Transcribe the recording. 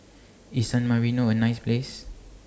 IS San Marino A nice Place